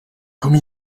comme